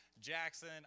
Jackson